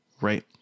Right